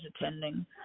attending